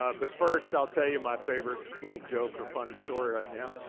ah but first, i'll tell you my favorite little joke or funny story right now.